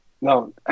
no